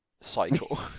cycle